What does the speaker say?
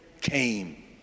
came